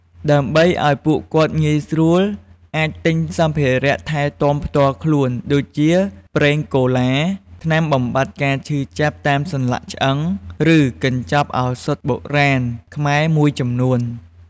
ដើម្បីអោយពួកគាត់ងាយស្រួល អាចទិញសម្ភារៈថែទាំផ្ទាល់ខ្លួន ដូចជាប្រេងកូឡា ថ្នាំបំបាត់ការឈឺចាប់តាមសន្លាក់ឆ្អឹង ឬកញ្ចប់ឱសថបុរាណខ្មែរមួយចំនួន។